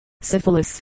syphilis